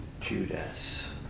Judas